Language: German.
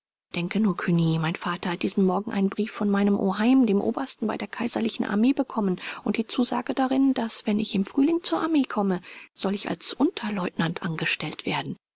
denke nur cugny mein vater hat diesen morgen einen brief von meinem oheim dem obersten bei der kaiserlichen armee bekommen und die zusage darin daß wenn ich im frühling zur armee komme soll ich als unterleutnant angestellt werden